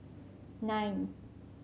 nine